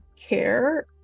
care